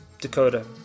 Dakota